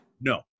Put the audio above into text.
No